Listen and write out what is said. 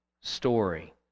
story